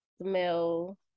smell